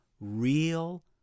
real